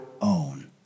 own